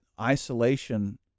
isolation